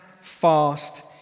fast